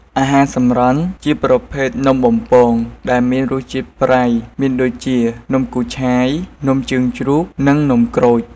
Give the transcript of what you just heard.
អាហារសម្រន់ជាប្រភេទនំបំពងដែលមានរសជាតិប្រៃមានដូចជា នំគូឆាយ នំជើងជ្រូក និងនំក្រូច។